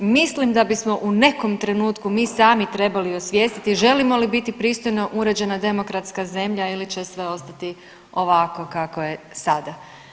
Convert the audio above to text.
Mislim da bismo u nekom trenutku mi sami trebali osvijestiti želimo li biti pristojno uređena demokratska zemlja ili će sve ostati ovako kako je sada.